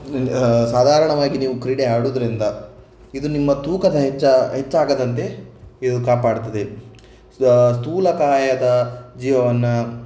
ಸಾಧಾರಣವಾಗಿ ನೀವು ಕ್ರೀಡೆ ಆಡುವುದ್ರಿಂದ ಇದು ನಿಮ್ಮ ತೂಕದ ಹೆಚ್ಚಾ ಹೆಚ್ಚಾಗದಂತೆ ಇದು ಕಾಪಾಡ್ತದೆ ಸ್ಥೂಲಕಾಯದ ಜೀವನ